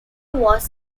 was